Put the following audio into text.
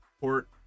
port